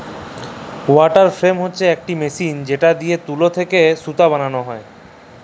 water frame হছে ইকট machine দিঁয়ে তুলা থ্যাকে সুতা বালাল হ্যয়